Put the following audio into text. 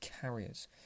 carriers